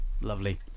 lovely